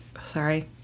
sorry